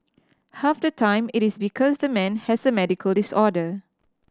half the time it is because the man has a medical disorder